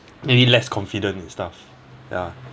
made me less confident and stuff ya